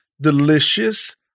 Delicious